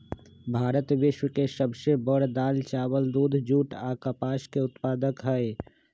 भारत विश्व के सब से बड़ दाल, चावल, दूध, जुट आ कपास के उत्पादक हई